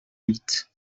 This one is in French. huit